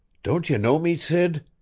don't you know me, sid?